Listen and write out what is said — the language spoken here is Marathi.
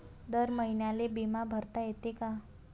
दर महिन्याले बिमा भरता येते का?